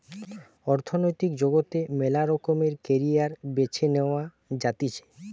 অর্থনৈতিক জগতে মেলা রকমের ক্যারিয়ার বেছে নেওয়া যাতিছে